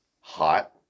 Hot